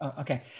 Okay